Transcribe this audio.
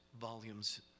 volumes